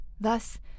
Thus